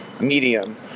medium